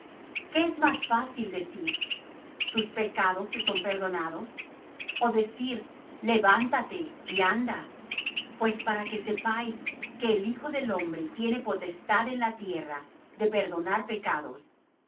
qué es más fácil decir tus pecados te son perdonados ó decir levántate y anda pues para que sepáis que el hijo del hombre tiene potestad en la tierra de perdonar pecados